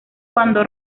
cuando